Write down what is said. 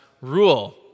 rule